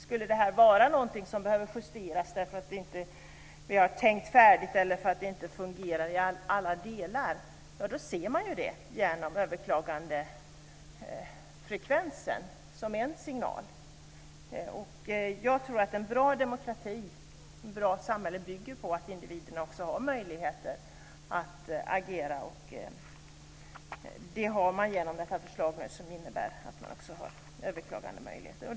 Skulle det här vara någonting som behöver justeras därför att vi inte tänkt färdigt eller för att det inte fungerar i alla delar, då ser man det genom överklagandefrekvensen. Det är en signal. Jag tror att en bra demokrati och ett bra samhälle bygger på att individerna också har möjligheter att agera. Det har man genom det här förslaget, som innebär att man också har överklagandemöjlighet.